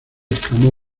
exclamó